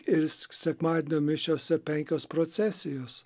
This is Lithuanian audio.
ir s sekmadienio mišiose penkios procesijos